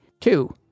two